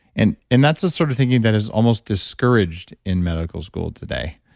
and and that's a sort of thing that is almost discouraged in medical school today,